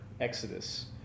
exodus